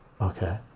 okay